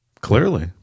Clearly